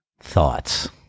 thoughts